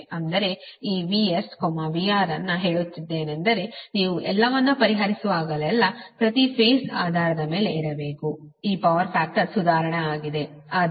ಆದರೆ ಈ VS VR ಅನ್ನು ಹೇಳುತ್ತಿದ್ದೇನೆಂದರೆ ನೀವು ಎಲ್ಲವನ್ನೂ ಪರಿಹರಿಸುವಾಗಲೆಲ್ಲಾ ಪ್ರತಿ ಫೇಸ್ ಆಧಾರದ ಮೇಲೆ ಇರಬೇಕು ಮತ್ತು ಈ ಪವರ್ ಫ್ಯಾಕ್ಟರ್ ಸುಧಾರಣೆ ಆಗಿದೆ